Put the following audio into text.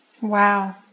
Wow